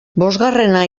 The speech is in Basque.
bosgarrena